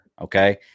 Okay